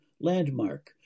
landmark